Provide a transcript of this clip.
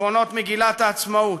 עקרונות מגילת העצמאות,